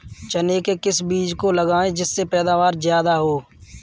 चने के किस बीज को लगाएँ जिससे पैदावार ज्यादा हो?